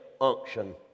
unction